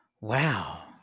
Wow